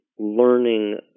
learning